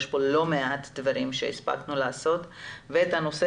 יש כאן לא מעט דברים שהספקנו לעשות ואת הנושא